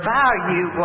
value